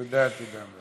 תודה, תודה.